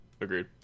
agreed